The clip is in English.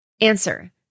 Answer